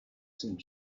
seemed